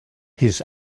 his